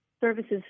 services